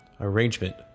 Arrangement